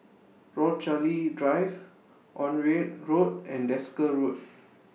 Rochalie Drive Onraet Road and Desker Road